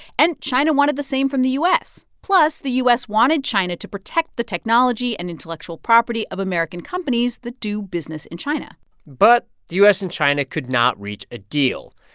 and china wanted the same from the u s. plus, the u s. wanted china to protect the technology and intellectual property of american companies that do business in china but the u s. and china could not reach a deal.